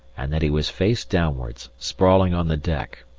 and that he was face downwards, sprawling on the deck,